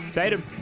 Tatum